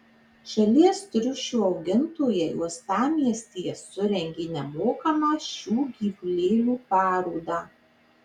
šalies triušių augintojai uostamiestyje surengė nemokamą šių gyvulėlių parodą